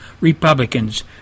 Republicans